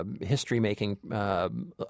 history-making